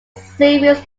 series